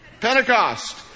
Pentecost